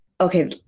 Okay